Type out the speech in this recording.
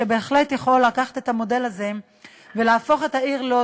שבהחלט יכול לקחת את המודל הזה ולהפוך את העיר לוד,